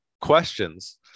questions